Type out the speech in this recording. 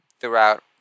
throughout